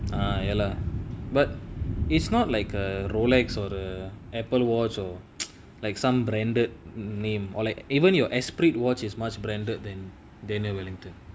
ah ya lah but it's not like a rolex or the apple watch or like some branded name or like even your espirit watch as much branded than daniel wellington